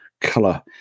color